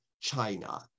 China